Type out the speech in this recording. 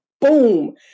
boom